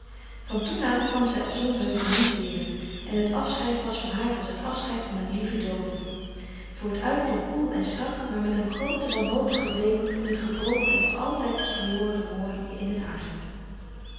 toen aan kwam zij op zonheuvel niet weer en het afscheid was voor haar als het afscheid van een lieven doode voor t uiterlijk koel en strak maar met een grooten wanhopigen weemoed om het gebroken en voor altijd verloren mooi in t hart